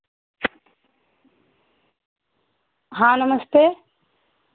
हाँ नमस्ते